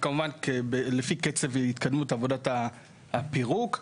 וכמובן לפי קצב התקדמות עבודת הפירוק.